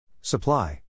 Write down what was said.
Supply